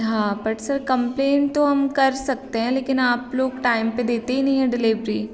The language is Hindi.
हाँ बट सर कंप्लेन तो हम कर सकते हैं लेकिन आप लोग टाइम पर देते ही नहीं हैं डिलेवरी